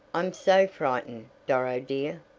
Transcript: i'm so frightened, doro, dear.